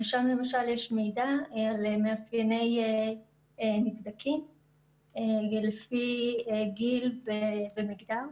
למשל, יש מידע על מאפייני נבדקים לפי גיל ומגדר.